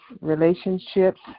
relationships